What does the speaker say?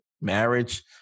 marriage